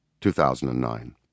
2009